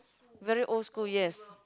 very old school yes